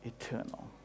eternal